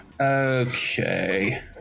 Okay